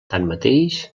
tanmateix